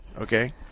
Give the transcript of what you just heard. Okay